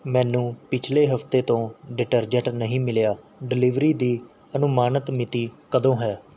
ਮੈਨੂੰ ਪਿਛਲੇ ਹਫ਼ਤੇ ਤੋਂ ਡਿਟਰਜੈਂਟ ਨਹੀਂ ਮਿਲਿਆ ਡਿਲੀਵਰੀ ਦੀ ਅਨੁਮਾਨਿਤ ਮਿਤੀ ਕਦੋਂ ਹੈ